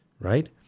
right